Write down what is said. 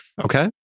Okay